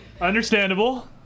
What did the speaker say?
understandable